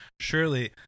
Surely